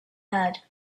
had